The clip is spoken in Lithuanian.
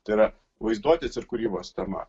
tai yra vaizduotės ir kūrybos tema